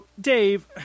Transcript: Dave